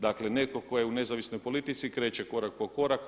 Dakle, netko tko je u nezavisnoj politici kreće korak po korak.